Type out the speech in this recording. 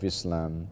Islam